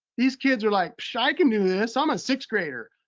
these kids are like, psh, i can do this. i'm a sixth grader.